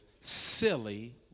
silly